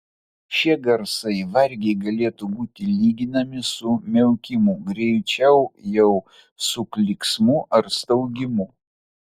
šie garsai vargiai galėtų būti lyginami su miaukimu greičiau jau su klyksmu ar staugimu